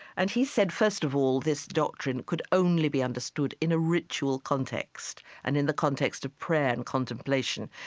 and he said, first of all, this doctrine could only be understood in a ritual context and in the context of prayer and contemplation.